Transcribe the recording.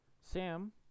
Sam